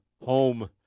Home